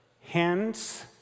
hence